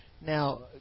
Now